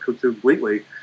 completely